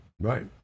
right